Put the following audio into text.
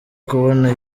kubona